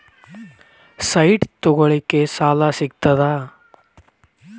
Site ತಗೋಳಿಕ್ಕೆ ಸಾಲಾ ಸಿಗ್ತದಾ?